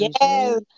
Yes